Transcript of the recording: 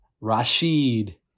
Rashid